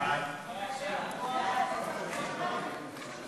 חוק תגמול לנושאי משרה בתאגידים פיננסיים